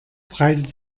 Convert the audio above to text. breitet